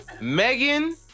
Megan